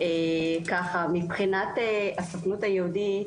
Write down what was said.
מבחינת הסוכנות היהודית